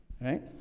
right